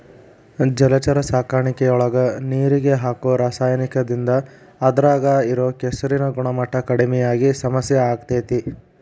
ಜಲಚರ ಸಾಕಾಣಿಕೆಯೊಳಗ ನೇರಿಗೆ ಹಾಕೋ ರಾಸಾಯನಿಕದಿಂದ ಅದ್ರಾಗ ಇರೋ ಕೆಸರಿನ ಗುಣಮಟ್ಟ ಕಡಿಮಿ ಆಗಿ ಸಮಸ್ಯೆ ಆಗ್ತೇತಿ